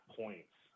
points